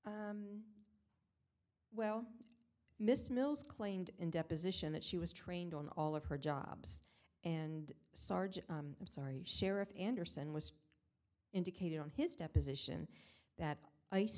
of well miss mills claimed in deposition that she was trained on all of her jobs and sergeant i'm sorry sheriff anderson was indicated on his deposition that ice